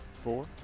four